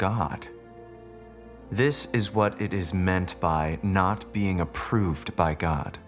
god this is what it is meant by not being approved by god